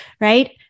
Right